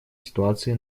ситуации